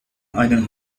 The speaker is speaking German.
einen